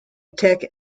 tech